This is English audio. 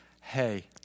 hey